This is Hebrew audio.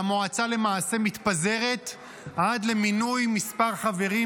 והמועצה למעשה מתפזרת עד למינוי מספר חברים,